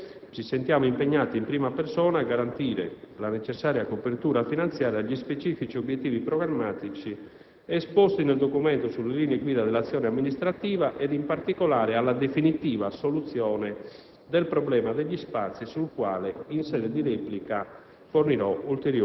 Così pure ci sentiamo impegnati in prima persona a garantire la necessaria copertura finanziaria di specifici obiettivi programmatici esposti nel documento sulle linee guida dell'azione amministrativa, ed in particolare alla definitiva soluzione del problema degli spazi, sul quale in sede di replica